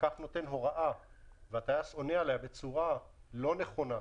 הפקח נותן הוראה והטייס עונה עליה בצורה לא נכונה,